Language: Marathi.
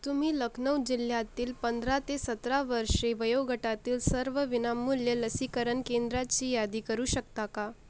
तुम्ही लखनऊ जिल्ह्यातील पंधरा ते सतरा वर्षे वयोगटातील सर्व विनामूल्य लसीकरण केंद्राची यादी करू शकता का